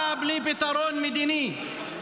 אתה משקר.